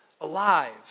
alive